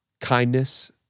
kindness